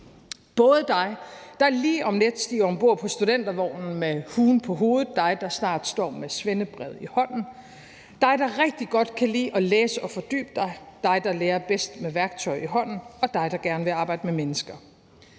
Både dig, der lige om lidt stiger om bord på studentervognen med huen på hovedet, dig, der snart står med svendebrevet i hånden, dig, der rigtig godt kan lide at læse og fordybe dig, dig, der lærer bedst med værktøj i hånden, og dig, der gerne vil arbejde med mennesker.